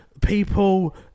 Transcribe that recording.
people